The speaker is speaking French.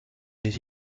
les